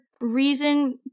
reason